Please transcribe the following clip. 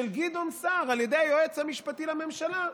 גדעון סער על ידי היועץ המשפטי לממשלה,